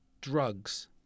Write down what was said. Drugs